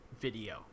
video